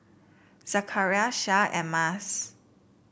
Zakaria Shah and Mas